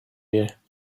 year